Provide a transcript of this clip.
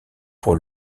pour